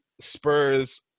Spurs